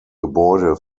gebäude